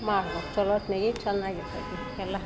ಮಾಡ್ಬೇಕ್ ಚಲೋತ್ತಿನಾಗಿ ಚೆನ್ನಾಗ್ ಇರ್ತದೆ ಎಲ್ಲ